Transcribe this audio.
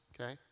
okay